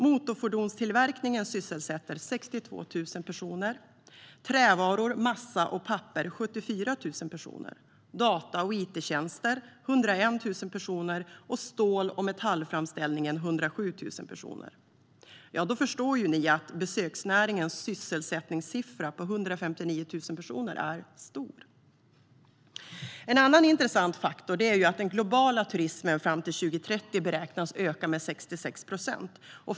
Motorfordonstillverkningen sysselsätter 62 000 personer, produktionen av trävaror, massa och papper 74 000 personer, data och it-tjänster 101 000 personer och stål och metallframställningen 107 000 personer. Då förstår ni att besöksnäringens sysselsättningssiffra på 159 000 personer är stor. En annan intressant faktor är att den globala turismen fram till 2030 beräknas öka med 66 procent.